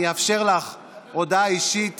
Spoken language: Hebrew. אני אאפשר לך הודעה אישית